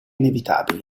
inevitabile